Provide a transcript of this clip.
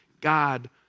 God